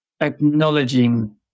acknowledging